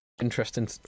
Interesting